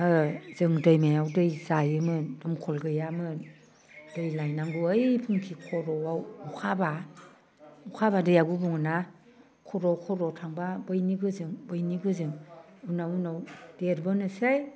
जों दैमायाव दै जायोमोन दंखल गैयामोन दै लायनांगौ ओइ उनखि खर'आव अखा हाब्ला अखा हाब्ला दैया गुबुङोना खर' खर'आव थांब्ला बैनि गोजों बैनि गोजों उनाव उनाव देरबोनोसै